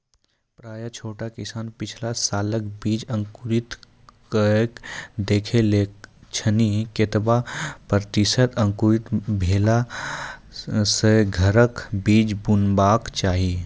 प्रायः छोट किसान पिछला सालक बीज अंकुरित कअक देख लै छथिन, केतबा प्रतिसत अंकुरित भेला सऽ घरक बीज बुनबाक चाही?